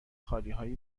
خالیهای